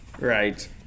Right